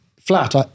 flat